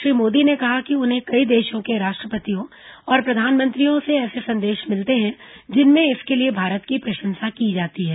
श्री मोदी ने कहा कि उन्हें कई देशों के राष्ट्रपतियों और प्रधानमंत्रियों से ऐसे संदेश मिलते हैं जिनमें इसके लिए भारत की प्रशंसा की जाती है